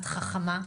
את חכמה,